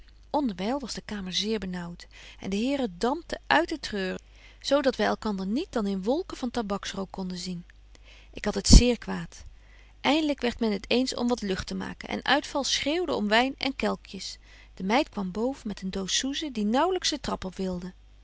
was de kamer zeer benaauwt en de heren dampten uit ten treuren zo dat wy elkander niet dan in wolken van tabakrook konden zien ik had het zeer kwaad eindelyk werdt men het eens om wat lucht te maken en uitval schreeuwde om wyn en kelkjes de meid kwam boven met een doos soezen die naauwlyks den trap op wilde